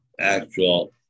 actual